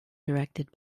directed